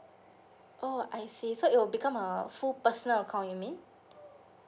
oh I see so it will become a full personal account you mean